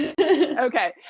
Okay